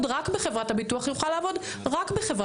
רק בחברת הביטוח יוכל לעבוד רק בחברת הביטוח.